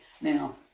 Now